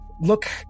look